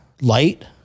light